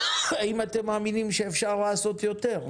האם אתם מאמינים שאפשר לעשות יותר?